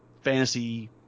fantasy